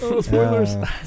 Spoilers